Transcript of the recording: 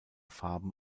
farben